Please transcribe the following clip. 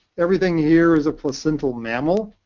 everything here is a placental mammal.